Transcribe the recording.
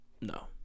no